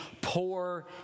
poor